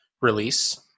release